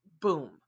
Boom